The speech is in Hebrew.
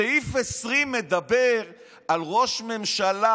סעיף 20 מדבר על ראש ממשלה,